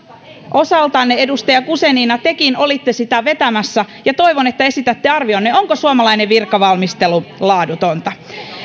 osaltanne edustaja guzenina tekin olitte sitä vetämässä toivon että esitätte arvionne onko suomalainen virkavalmistelu laadutonta